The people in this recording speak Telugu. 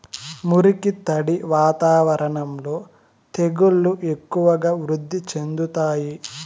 మురికి, తడి వాతావరణంలో తెగుళ్లు ఎక్కువగా వృద్ధి చెందుతాయి